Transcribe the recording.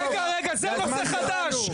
רגע, זה נושא חדש.